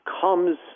comes